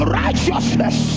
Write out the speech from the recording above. righteousness